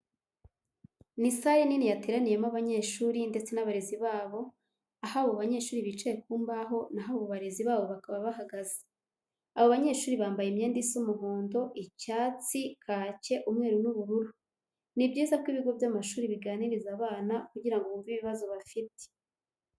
Ni sale nini yateraniyemo abanyeshuri ndetse n'abarezi babo, aho abo banyeshuri bicaye ku mbaho naho abo barize babo bo bakaba bahagaze. Abo banyeshuri bambaye imyenda isa umuhondo, icyatsi, kake, umweru n'ubururu. Ni byiza ko ibigo by'amashuri biganiriza abana kugira ngo bumve ibibazo bafite.